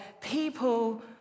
people